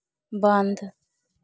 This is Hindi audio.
बन्द